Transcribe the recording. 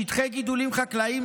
שטחי גידולים חקלאיים,